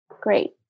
Great